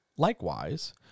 Likewise